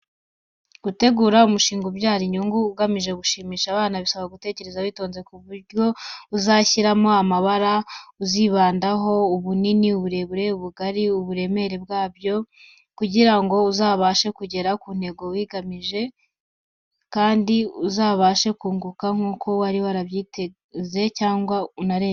Gutegura umushinga ubyara inyungu ugamije gushimisha abana, bisaba gutekereza witonze ku byo uzashyiramo, amabara uzibandaho, ubunini, uburebure, ubugari, uburemere bwabyo, kugira ngo uzabashe kugera ku ntego wiyemeje kandi uzabashe kwaguka nk'uko wari ubyiteze cyangwa unarenzeho.